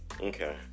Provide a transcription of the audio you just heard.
Okay